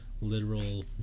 literal